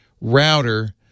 router